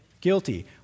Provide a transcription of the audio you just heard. Guilty